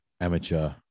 amateur